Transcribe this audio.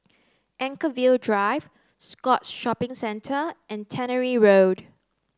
Anchorvale Drive Scotts Shopping Centre and Tannery Road